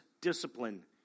discipline